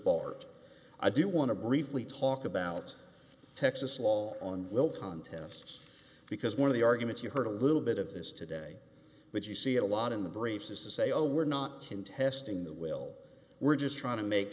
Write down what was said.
bart i do want to briefly talk about texas law on will contests because one of the arguments you heard a little bit of this today that you see a lot in the briefs is to say oh we're not contesting the will we're just trying to make